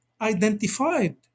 identified